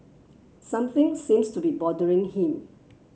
something seems to be bothering him